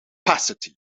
capacity